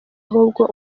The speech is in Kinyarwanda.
ahubwo